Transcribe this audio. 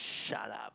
shut up